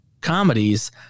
comedies